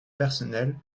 personnel